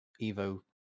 Evo